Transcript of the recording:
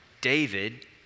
David